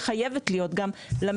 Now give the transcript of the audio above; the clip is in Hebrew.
וחייבת להיות לו.